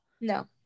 No